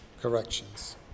Corrections